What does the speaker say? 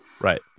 Right